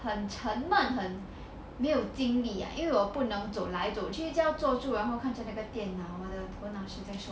很沉闷很没有精力 ah 因为我不能走来走去一直要坐住然后看这个那个电脑啊到什么时候